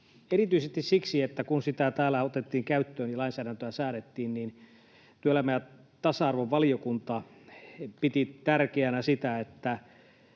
erityisesti siksi, että kun sitä täällä otettiin käyttöön ja lainsäädäntöä säädettiin, niin työelämä- ja tasa-arvovaliokunta piti tärkeänä sitä, että